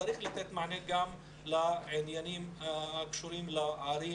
צריך לתת מענה גם לעניינים שקשורים לערים